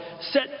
Set